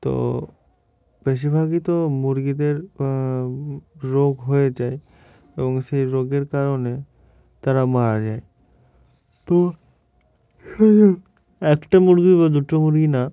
তো বেশিরভাগই তো মুরগিদের রোগ হয়ে যায় এবং সেই রোগের কারণে তারা মারা যায় তো একটা মুরগি বা দুটো মুরগি না